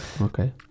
Okay